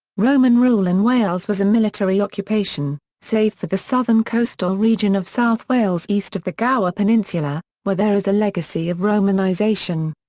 roman rule in wales was a military occupation, save for the southern coastal region of south wales east of the gower peninsula, where there is a legacy of romanisation.